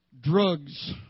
drugs